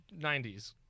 90s